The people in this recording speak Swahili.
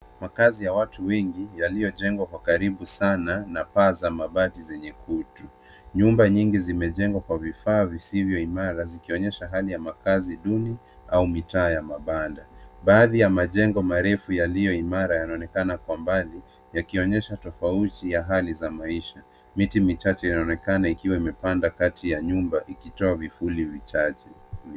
Makazi ya watu wengi yaliyojengwa kwa karibu sana na paa za mabati yenye kutu. Nyumba nyingi zimejengwa kwa vifaa visivyo imara zikionyesha hali ya makazi duni au mitaa ya mabanda. Baadhi ya majengo marefu yaliyo imara yanaonekana kwa mbali yakionyesha tofauti ya hali za maisha. Miti michache inaonekana ikiwa imepanda kati ya nyumba ikitoa vifuli vichache.